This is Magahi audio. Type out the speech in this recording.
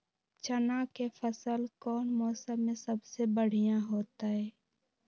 चना के फसल कौन मौसम में सबसे बढ़िया होतय?